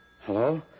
Hello